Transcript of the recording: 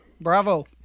Bravo